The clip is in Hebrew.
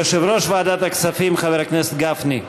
יושב-ראש ועדת הכספים חבר הכנסת גפני.